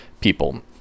people